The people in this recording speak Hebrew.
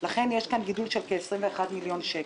לכן יש כאן גידול של כ-21 מיליון שקל.